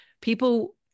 people